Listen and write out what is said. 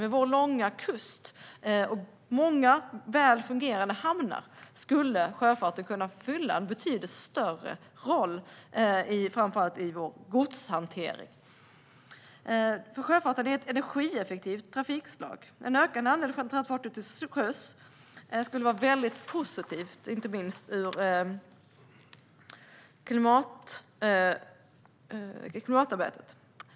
Med vår långa kust och många väl fungerande hamnar skulle sjöfarten kunna fylla en betydligt större roll, framför allt i vår godshantering, för sjöfarten är ett energieffektivt trafikslag. En ökande andel transporter till sjöss skulle vara väldigt positivt, inte minst ur klimatsynpunkt.